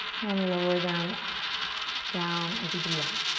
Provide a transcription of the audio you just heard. and lower them ah down as you breathe out.